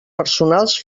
personals